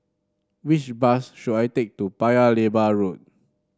which bus should I take to Paya Lebar Road